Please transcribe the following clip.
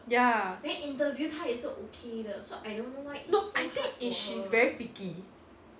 ya no I think is she's very picky